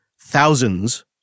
thousands